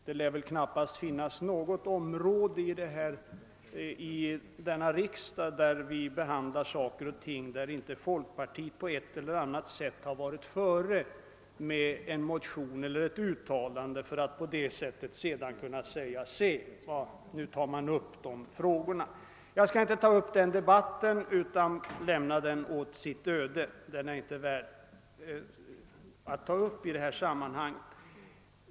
Det lär knappast finnas något område där inte folkpartiet här i riksdagen på ett eller annat sätt har varit före med en motion eller ett uttalande för att sedan kunna säga: Se, nu tar man upp dessa frågor. Nej, jag skall lämna den debatten åt sitt öde — den är inte värd att föras i detta sammanhang.